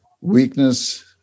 weakness